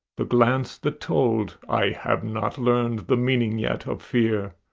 the glance that told, i have not learned the meaning yet of fear,